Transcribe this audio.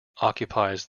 occupies